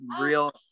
real